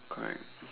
correct